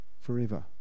forever